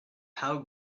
how